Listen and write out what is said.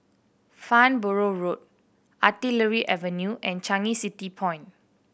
Farnborough Road Artillery Avenue and Changi City Point